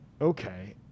okay